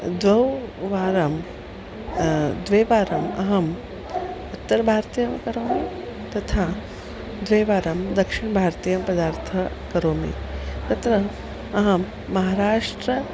द्विवारं द्विवारम् अहम् उत्तरभारतीयं करोमि तथा द्विवारं दक्षिण्भारतीयपदार्थं करोमि तत्र अहं महाराष्ट्रे